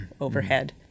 overhead